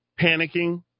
panicking